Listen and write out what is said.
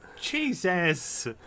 Jesus